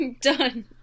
done